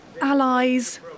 Allies